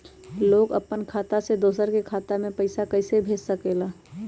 लोग अपन खाता से दोसर के खाता में पैसा कइसे भेज सकेला?